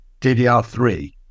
DDR3